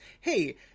hey